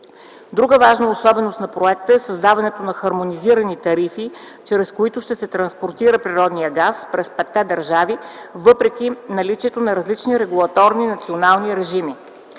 Друга важна особеност на проекта е създаването на хармонизирани тарифи, чрез които ще се транспортира природния газ, през петте държави, въпреки наличието на различни регулаторни национални режими.